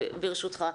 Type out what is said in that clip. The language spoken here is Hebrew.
ברשותך,